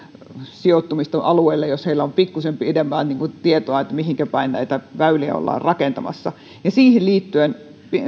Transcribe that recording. sijoittumista alueelle jos heillä on pikkuisen pidemmälle tietoa mihinkä päin näitä väyliä ollaan rakentamassa ja siihen liittyen